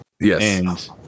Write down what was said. Yes